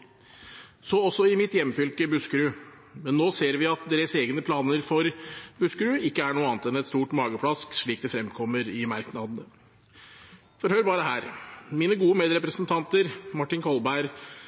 – så også i mitt hjemfylke, Buskerud. Men nå ser vi at deres egne planer for Buskerud ikke er noe annet enn et stort mageplask, slik det fremkommer i merknadene, for hør bare her: Mine gode medrepresentanter Martin Kolberg